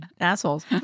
assholes